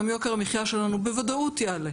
גם יוקר המחיה שלנו בוודאות יעלה,